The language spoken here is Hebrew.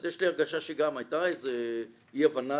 אז יש לי הרגשה שגם הייתה איזו אי הבנה